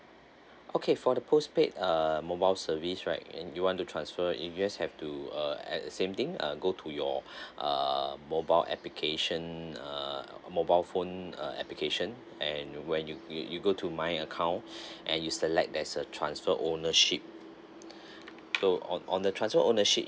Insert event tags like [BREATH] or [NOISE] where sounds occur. okay for the postpaid uh mobile service right and you want to transfer if yes you have to uh at a same thing uh go to your err mobile application err mobile phone uh application and when you you you go to my account [BREATH] and you select there's a transfer ownership [BREATH] so on on the transfer ownership